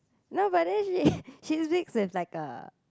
no but then she she speaks with like a